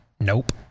Nope